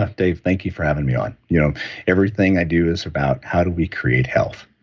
ah dave, thank you for having me on. you know everything i do is about how do we create health,